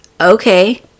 okay